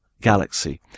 galaxy